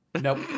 Nope